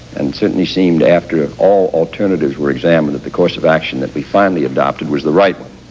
and certainly seemed after all alternatives were examined, that the course of action that we finally adopted was the right one.